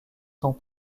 sont